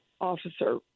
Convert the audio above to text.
officer